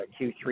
Q3